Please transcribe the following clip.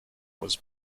was